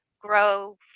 grow